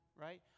right